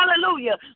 hallelujah